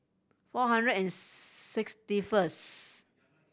four hundred and sixty first